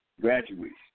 graduates